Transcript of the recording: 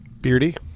Beardy